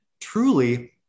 truly